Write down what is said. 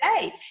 today